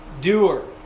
doer